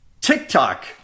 TikTok